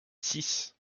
six